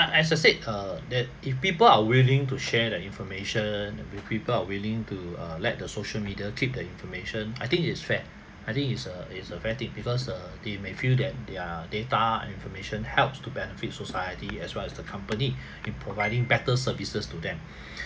as I said err that if people are willing to share the information with people are willing to err let the social media keep the information I think it's fair I think it's a it's a fair thing because err they may feel that their data and information helps to benefit society as well as the company in providing better services to them